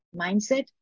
mindset